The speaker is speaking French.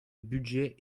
budget